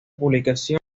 publicación